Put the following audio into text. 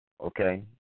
Okay